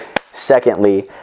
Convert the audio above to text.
Secondly